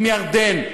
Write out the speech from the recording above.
עם ירדן,